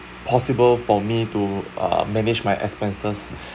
possible for me to uh manage my expenses